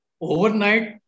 Overnight